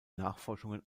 nachforschungen